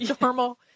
normal